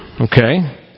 okay